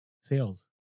sales